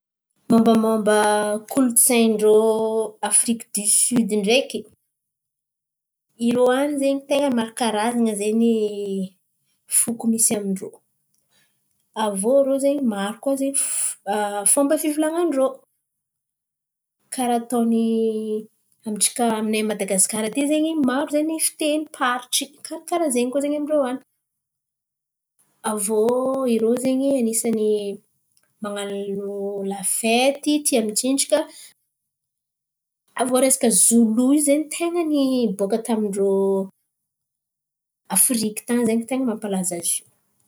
Momba momba kolontsain̈y ndrô Afiriky dio siody ndreky. Irô an̈y zen̈y ten̈a maro karazan̈a zen̈y, foko misy amindrô. Avô zen̈y maro koa zen̈y fomba fivolan̈a ndrô, karà atôny amintsika. Aminay Madagasikara aty zen̈y maro ny fitenim-paritry, karà karàha zen̈y koa amin-drô an̈y. Avô zen̈y irô anisany manano lafety tia mitsinjaka, avô resaka zolo zen̈y ten̈a ny baka tamindrô Afiriky tan̈y zen̈y ten̈a nampalaza zo.